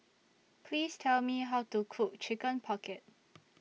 Please Tell Me How to Cook Chicken Pocket